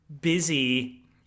busy